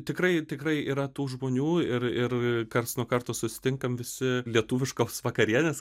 tikrai tikrai yra tų žmonių ir ir karts nuo karto susitinkam visi lietuviškos vakarienės